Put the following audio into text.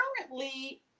currently